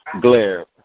Glare